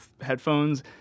headphones